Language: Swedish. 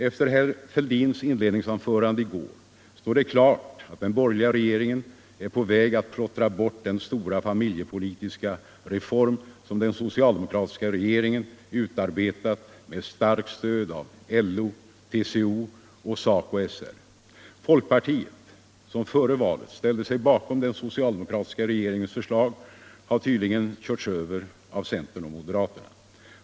Efter herr Fälldins inledningsanförande i går står det klart att den borgerliga regeringen är på väg att plottra bort den stora familjepolitiska reform som den socialdemokratiska regeringen utarbetat med starkt stöd av LO, TCO och SACO/SR. Folkpartiet, som före valet ställde sig bakom den socialdemokratiska regeringens förslag, har tydligen körls över av centern och moderaterna.